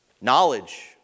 Knowledge